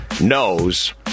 knows